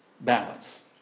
balance